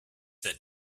that